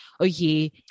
okay